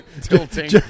tilting